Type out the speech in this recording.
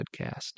podcast